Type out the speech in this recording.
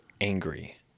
angry